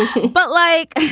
but like.